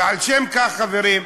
ומשום כך, חברים,